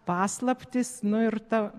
paslaptys nu ir ta